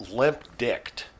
limp-dicked